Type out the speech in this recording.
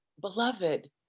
beloved